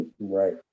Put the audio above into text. Right